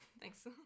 thanks